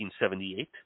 1978